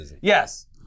Yes